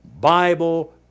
Bible